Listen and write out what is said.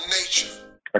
nature